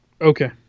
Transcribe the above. Okay